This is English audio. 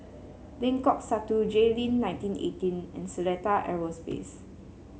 Lengkok Satu Jayleen nineteen eighteen and Seletar Aerospace